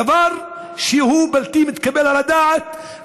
זה דבר שהוא בלתי מתקבל על הדעת,